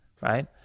right